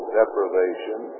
deprivation